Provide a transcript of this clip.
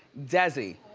dezi.